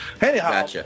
Anyhow